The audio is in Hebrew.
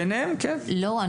ביניהם, כן.